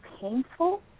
painful